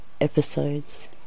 episodes